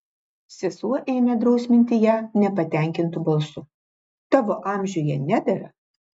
sesuo ėmė drausminti ją nepatenkintu balsu tavo amžiuje nedera